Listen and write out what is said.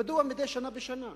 מדוע מדי שנה בשנה?